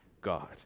God